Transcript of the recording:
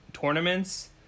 tournaments